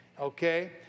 Okay